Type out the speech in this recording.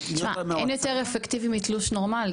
תשמע, אין יותר אפקטיבי מתלוש נורמלי.